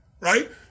right